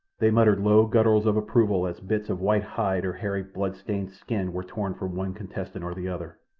they muttered low gutturals of approval as bits of white hide or hairy bloodstained skin were torn from one contestant or the other.